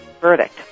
verdict